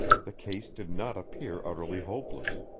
the case did not appear utterly hopeless.